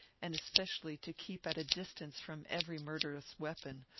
and especially to keep at a distance from every murderous weapon,